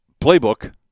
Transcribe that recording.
playbook